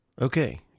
Okay